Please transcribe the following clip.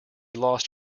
lost